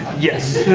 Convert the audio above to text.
yes.